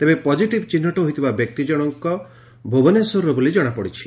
ତେବେ ପଜିଟିଭ୍ ଚିହୁଟ ହୋଇଥିବା ବ୍ୟକ୍ତି ଜଶଙ୍କ ଭୁବନେଶ୍ୱରର ବୋଲି ଜଣାପଡ଼ିଛି